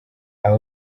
aba